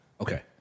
Okay